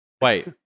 Wait